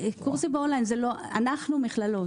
אנחנו מכללות.